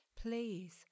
Please